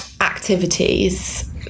activities